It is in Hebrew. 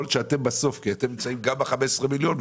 יכול להיות שאתם בסוף כי אתם נמצאים גם ב-15 מיליון,